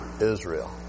Israel